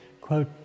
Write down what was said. quote